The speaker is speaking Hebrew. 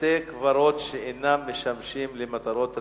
(בתי-קברות שאינם משמשים למטרות רווח),